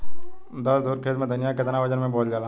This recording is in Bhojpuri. दस धुर खेत में धनिया के केतना वजन मे बोवल जाला?